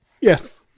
Yes